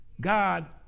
God